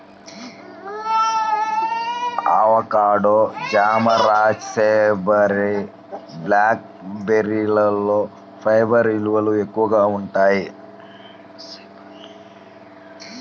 avocado, జామ, raspberry, black బెర్రీలలో fibre విలువలు ఎక్కువగా ఉంటాయి